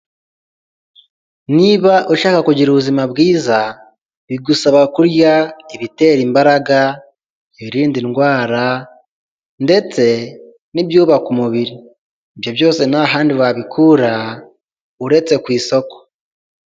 Niba ushaka kugira ubuzima bwiza bigusaba kurya ibitera imbaraga, ibirinda indwara ndetse n'ibyubaka umubiri, ibyo byose nta handi wabikura uretse ku isoko.